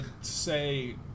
say